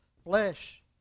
Flesh